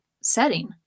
setting